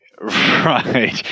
right